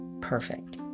perfect